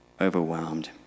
overwhelmed